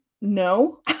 No